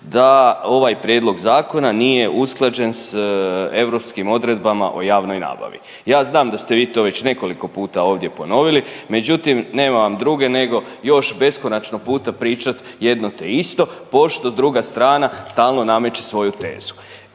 da ovaj prijedlog zakona nije usklađen s europskim odredbama o javnoj nabavi. Ja znam da ste vi to već nekoliko puta ovdje ponovili, međutim, nema vam druge nego još beskonačno puta pričati jedno te isto, pošto druga strana stalno nameče svoju tezu.